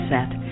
Set